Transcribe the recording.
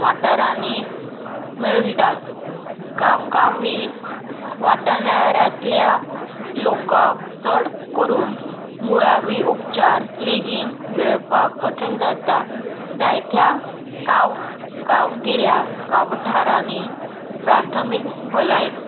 वाठारांनी मेळटात गांवगावी वाठारांतल्या लोकाक चड करून मुळावी उपचार लेगीत वेळपाक कठीण जाता जायत्या गांव गांवगिऱ्या गांवठारांनी प्राथमीक भलायक